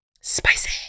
Spicy